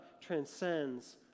transcends